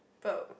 but